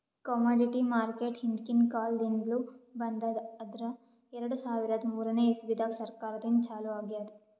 commodity market ಹಿಂದ್ಕಿನ್ ಕಾಲದಿಂದ್ಲು ಬಂದದ್ ಆದ್ರ್ ಎರಡ ಸಾವಿರದ್ ಮೂರನೇ ಇಸ್ವಿದಾಗ್ ಸರ್ಕಾರದಿಂದ ಛಲೋ ಆಗ್ಯಾದ್